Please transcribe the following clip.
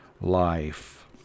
life